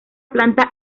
planta